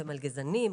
של מלגזנים,